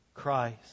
Christ